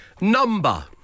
Number